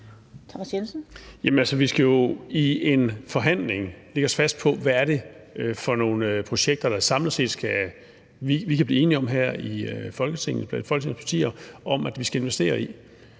altså i en forhandling lægge os fast på, hvad det er for nogle projekter, vi samlet set kan blive enige om her mellem Folketingets partier at investere i.